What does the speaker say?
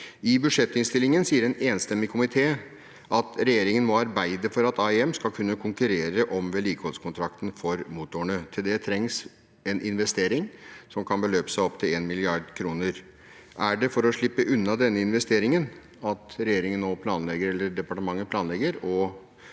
I budsjettinnstillingen sier en enstemmig komité at regjeringen må arbeide for at AIM skal kunne konkurrere om vedlikeholdskontrakten for motorene. Til det trengs en investering som kan beløpe seg opptil 1 mrd. kr. Er det for å slippe unna denne investeringen at departementet nå planlegger å